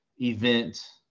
event